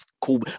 cool